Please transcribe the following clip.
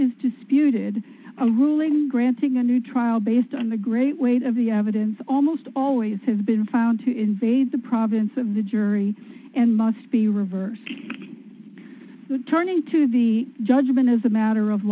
is disputed a ruling granting a new trial based on the great weight of the evidence almost always has been found to invade the province of the jury and must be reversed turning to the judgment as a matter of